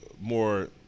more